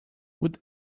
would